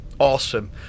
Awesome